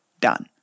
Done